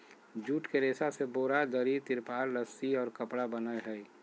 jute के रेशा से बोरा, दरी, तिरपाल, रस्सि और कपड़ा बनय हइ